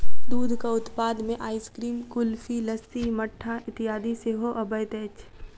दूधक उत्पाद मे आइसक्रीम, कुल्फी, लस्सी, मट्ठा इत्यादि सेहो अबैत अछि